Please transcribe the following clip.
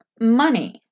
money